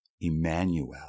Emmanuel